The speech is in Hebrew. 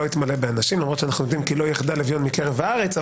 יתמלא למרות שאנחנו יודעים כי לא יחדל אביון מקרב הארץ.